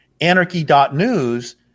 anarchy.news